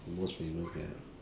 most famous ya